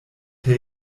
love